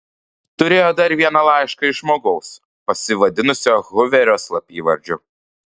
turėjo dar vieną laišką iš žmogaus pasivadinusio huverio slapyvardžiu